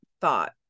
thought